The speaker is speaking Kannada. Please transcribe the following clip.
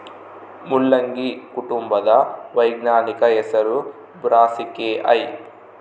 ಮುಲ್ಲಂಗಿ ಕುಟುಂಬದ ವೈಜ್ಞಾನಿಕ ಹೆಸರು ಬ್ರಾಸಿಕೆಐ